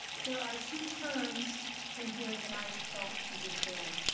there are two terms in here that i don't understand.